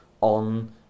on